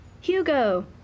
Hugo